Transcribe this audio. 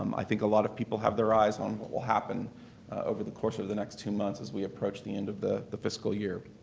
um i think a lot of people have their eyes on what will happen over the course of the next two months as we approach the end of the the fiscal year.